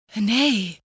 Nay